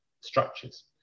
structures